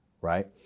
right